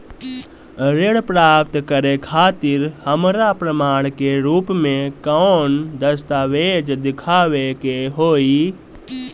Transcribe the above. ऋण प्राप्त करे खातिर हमरा प्रमाण के रूप में कौन दस्तावेज़ दिखावे के होई?